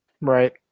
Right